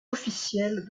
officiel